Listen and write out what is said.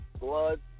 blood